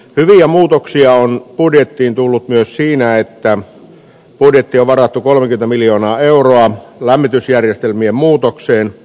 kyllä muutoksia on budjettiin tullut myös siinä että vuodet jo varattu kolme miljoonaa euroa ja lämmitysjärjestelmien muutokseen